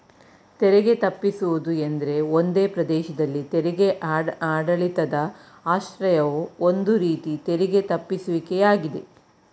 ತೆರಿಗೆ ತಪ್ಪಿಸುವುದು ಎಂದ್ರೆ ಒಂದೇ ಪ್ರದೇಶದಲ್ಲಿ ತೆರಿಗೆ ಆಡಳಿತದ ಆಶ್ರಯವು ಒಂದು ರೀತಿ ತೆರಿಗೆ ತಪ್ಪಿಸುವಿಕೆ ಯಾಗಿದೆ